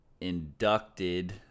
inducted